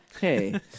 Hey